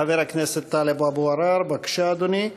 חבר הכנסת טלב אבו עראר, בבקשה, אדוני.